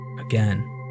again